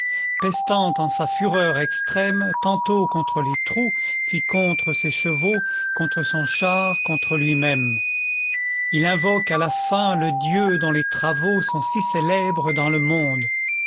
pestant en sa fureur extrême tantôt contre les trous puis contre ses chevaux contre son char contre lui-même il invoque à la fin le dieu dont les travaux sont si célèbres dans le monde